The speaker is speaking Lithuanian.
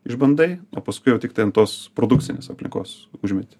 išbandai o paskui jau tiktai ant tos produkcinės aplinkos užmeti